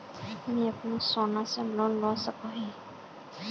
मुई अपना सोना से लोन लुबा सकोहो ही?